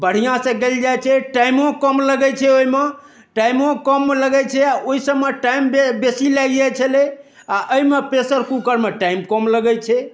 बढ़िआँ सँ गैल जाइ छै टाइमो कम लगै छै ओहिमे टाइमो कम लगै छै ओहि सभमे टाइम बेसी लागि जाइ छलै आ एहिमे प्रेसर कुकर मऽ टाइम कम लगै छै